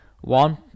one